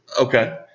Okay